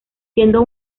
siendo